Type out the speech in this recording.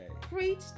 preach